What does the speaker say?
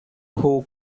who